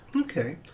Okay